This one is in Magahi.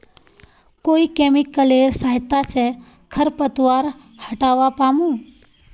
कोइ केमिकलेर सहायता से खरपतवार हटावा पामु